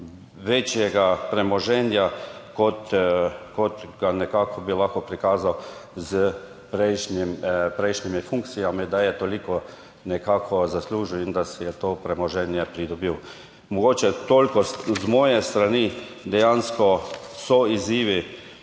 večjega premoženja, kot ga bi lahko prikazal s prejšnjimi funkcijami, da je toliko zaslužil in da si je to premoženje pridobil. Mogoče toliko z moje strani. Dejansko so izzivi